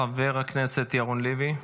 חבר הכנסת ירון לוי,